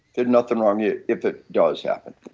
there's nothing wrong yeah if it does happen.